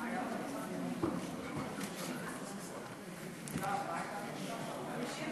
תמיכת